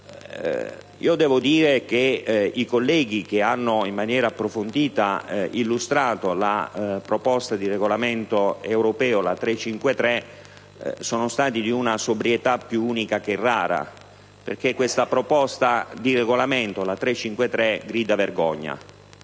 sottolineo che i colleghi che hanno in maniera approfondita illustrato la proposta di regolamento europeo COM 353 sono stati di una sobrietà più unica che rara, perché questa proposta di regolamento grida vendetta.